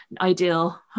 ideal